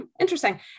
interesting